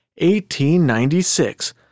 1896